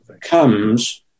comes